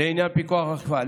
לעניין פיקוח ואכיפה.